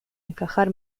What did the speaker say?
encajar